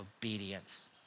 obedience